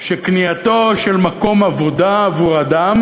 שקניית מקום עבודה עבור אדם,